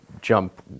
jump